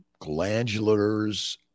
glandulars